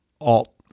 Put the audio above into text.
Alt